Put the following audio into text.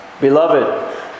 Beloved